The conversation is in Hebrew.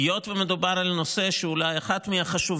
היות שמדובר על נושא שהוא אולי אחד מהחשובים